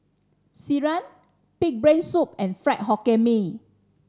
sireh pig brain soup and Fried Hokkien Mee